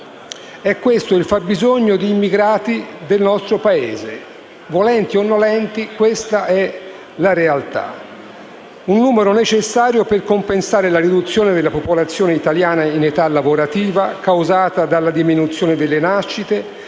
È questo il fabbisogno di immigrati del nostro Paese. Volenti o nolenti questa è la realtà. Un numero necessario per compensare la riduzione della popolazione italiana in età lavorativa causata dalla diminuzione delle nascite